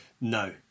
No